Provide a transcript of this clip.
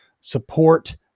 support